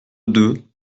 deux